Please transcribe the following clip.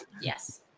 yes